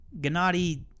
Gennady